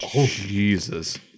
Jesus